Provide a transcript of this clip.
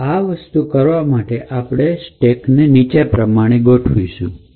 તો એ વસ્તુ કરવા માટે આપણે સ્ટેકને નીચે પ્રમાણે ગોઠવીશું